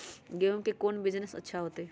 गेंहू के कौन बिजनेस अच्छा होतई?